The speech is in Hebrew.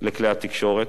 לכלי התקשורת,